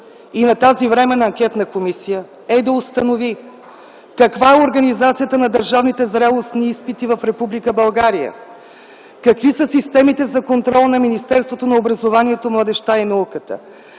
и на тази временна анкетна комисия е да установи каква е организацията на държавните зрелостни изпити в Република България, какви са системите за контрол на Министерството на образованието, младежта и науката,